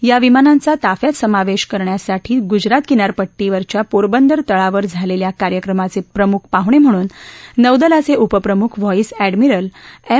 या विमानांचा ताफ्यात समावेशासाठी गुजरात किनारपट्टीवरच्या पोरबंदर तळावर झालेल्या कार्यक्रमाचे प्रमुख पाहणे म्हणून नौदलाचे उपप्रमुख व्हॉईस अह्वमिरल एम